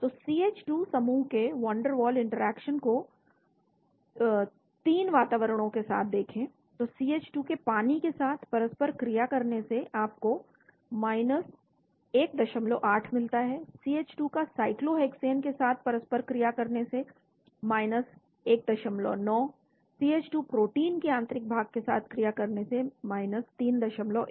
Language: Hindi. तो CH2 समूह के वान डेर वाल इंटरएक्शन को 3 वातावरणों के साथ देखें तो CH2 के पानी के साथ परस्पर क्रिया करने से आपको 18 मिलता है CH2 का cyclohexane के साथ परस्पर क्रिया करने से 19 CH2 प्रोटीन के आंतरिक भाग के साथ परस्पर क्रिया करने से 31